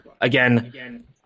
Again